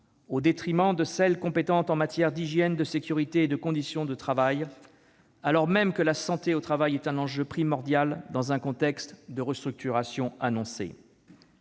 au détriment de celles qui sont compétentes en matière d'hygiène, de sécurité et de conditions de travail, alors même que la santé au travail est un enjeu primordial dans un contexte de restructurations annoncées.